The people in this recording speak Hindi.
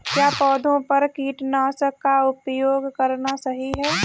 क्या पौधों पर कीटनाशक का उपयोग करना सही है?